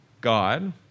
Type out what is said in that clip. God